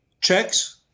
checks